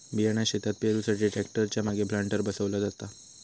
बियाणा शेतात पेरुसाठी ट्रॅक्टर च्या मागे प्लांटर बसवला जाता